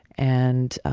and,